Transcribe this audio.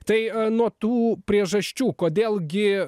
tai nuo tų priežasčių kodėl gi